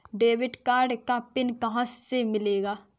Debit card का PIN कहां से मिलेगा?